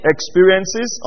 Experiences